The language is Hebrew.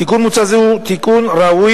תיקון מוצע זה אף הוא תיקון ראוי,